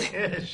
יש.